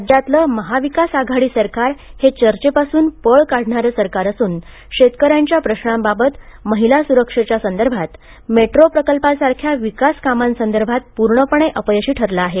राज्यातले महाविकास आघाडी सरकार हे चर्चेपासून पळ काढणारे सरकार असून शेतकऱ्यांच्या प्रशांबाबत महिलासुरक्षेच्या संदर्भात मेट्रो प्रकल्पासारख्या विकासकामांबाबत पूर्णपणे अपयशी ठरले आहे